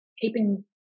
keeping